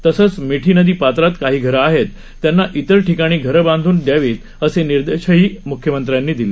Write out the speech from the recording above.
तसंच मीठी नदी पात्रात काही घरं आहेत त्यांना इतर ठिकाणी घरं बांधून द्यावीत असे निर्देशही म्ख्यमंत्र्यांनी दिले